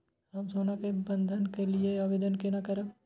हम सोना के बंधन के लियै आवेदन केना करब?